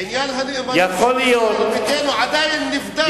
עניין הנאמנות, עדיין נבדק,